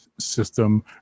system